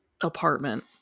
apartment